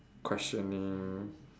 questioning